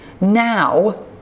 now